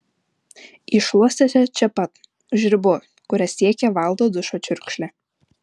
ji šluostėsi čia pat už ribos kurią siekė valdo dušo čiurkšlė